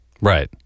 right